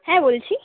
হ্যাঁ বলছি